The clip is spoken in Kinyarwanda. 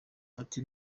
ati